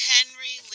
Henry